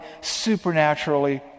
supernaturally